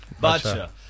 Bacha